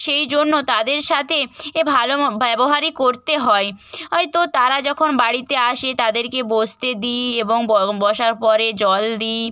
সেই জন্য তাদের সাথে এ ভালো ব্যবহারই করতে হয় হয়তো তারা যখন বাড়িতে আসে তাদেরকে বসতে দিই এবং ব বসার পরে জল দিই